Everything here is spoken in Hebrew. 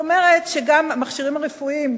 זאת אומרת שגם המכשירים הרפואיים,